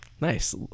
Nice